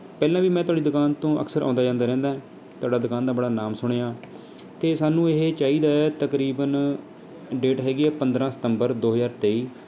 ਪਹਿਲਾਂ ਵੀ ਮੈਂ ਤੁਹਾਡੀ ਦੁਕਾਨ ਤੋਂ ਅਕਸਰ ਆਉਂਦਾ ਜਾਂਦਾ ਰਹਿੰਦਾ ਤੁਹਾਡਾ ਦੁਕਾਨ ਦਾ ਬੜਾ ਨਾਮ ਸੁਣਿਆ ਅਤੇ ਸਾਨੂੰ ਇਹ ਚਾਹੀਦਾ ਤਕਰੀਬਨ ਡੇਟ ਹੈਗੀ ਹੈ ਪੰਦਰਾਂ ਸਤੰਬਰ ਦੋ ਹਜ਼ਾਰ ਤੇਈ